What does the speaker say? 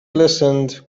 listened